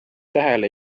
tähele